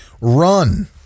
Run